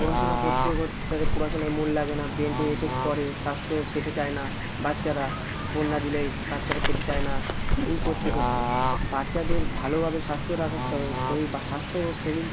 পড়াশুনো করতে করতে তাদের পড়াশুনায় মন লাগে না ব্রেনেতে এফেক্ট পড়ে স্বাস্থ্য খেতে চায় না বাচ্চারা ফোন না দিলে বাচ্চারা খেতে চায় না এই করতে করতে বাচ্চাদের ভালোভাবে স্বাস্থ্য রাখা শরীর বা স্বাস্থ্য ও শরীর